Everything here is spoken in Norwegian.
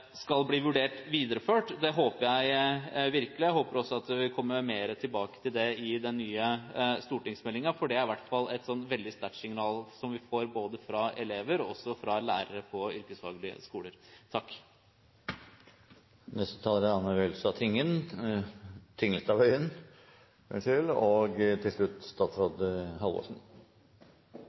skal bli vurdert videreført. Det håper jeg virkelig. Jeg håper også at vi vil komme mer tilbake til det i den nye stortingsmeldingen, for det er i hvert fall et veldig sterkt signal vi får fra både elever og lærere på yrkesfaglige skoler.